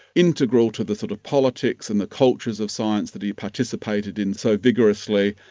integral to the sort of politics and the cultures of science that he participated in so vigorously,